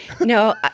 No